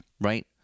Right